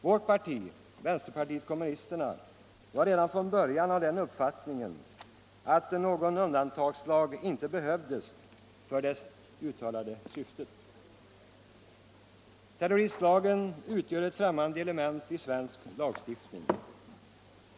Vårt parti, vänsterpartiet kommunisterna, var redan från början av den uppfattningen att någon undantagslag inte behövdes för det uttalade syftet. Terroristlagen utgör ett främmande element i svensk lagstiftning.